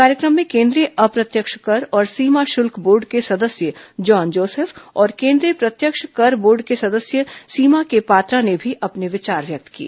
कार्यक्रम में केंद्रीय अप्रत्यक्ष कर और सीमा शुल्क बोर्ड के सदस्य जॉन जोसेफ और केंद्रीय प्रत्यक्ष कर बोर्ड के सदस्य सीमा के पात्रा ने भी अपने विचार व्यक्त किए